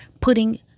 putting